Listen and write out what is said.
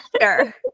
sure